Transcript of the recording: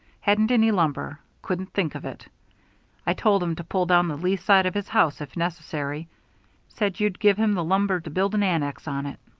hadn't any lumber. couldn't think of it i told him to pull down the lee side of his house if necessary said you'd give him the lumber to build an annex on it.